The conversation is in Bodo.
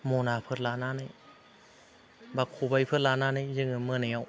मनाफोर लानानै एबा ख'बायफोर लानानै जोङो मोनायाव